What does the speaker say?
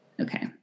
Okay